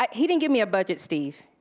um he didn't give me a budget, steve.